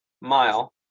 mile